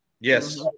Yes